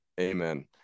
Amen